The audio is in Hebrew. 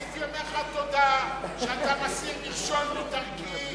הייתי אומר לך תודה שאתה מסיר מכשול מדרכי,